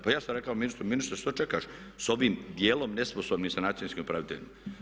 Pa ja sam rekao ministru ministre što čekaš sa ovim dijelom nesposobnih sanacijskim upraviteljima.